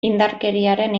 indarkeriaren